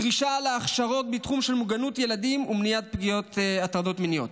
דרישה להכשרות בתחום של מוגנות ילדים ומניעת הטרדות מיניות.